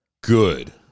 Good